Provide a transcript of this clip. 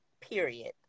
period